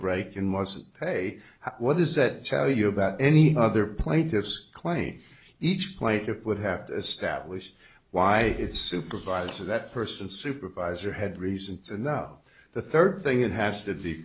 break in wasn't pay what does that tell you about any other plaintiff's claim each plate it would have to establish why it's supervisor that person supervisor had reason to know the third thing it has to be